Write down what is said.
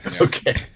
Okay